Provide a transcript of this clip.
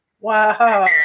Wow